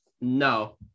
No